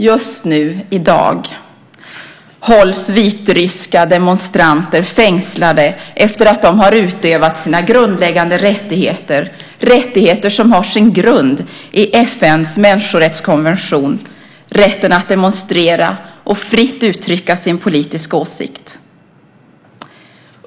Just nu i dag hålls vitryska demonstranter fängslade efter att de har utövat den rätt som har sin grund i FN:s människorättskonvention, rätten att demonstrera och fritt uttrycka sin politiska åsikt.